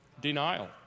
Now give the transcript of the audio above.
denial